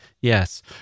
Yes